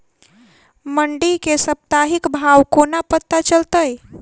मंडी केँ साप्ताहिक भाव कोना पत्ता चलतै?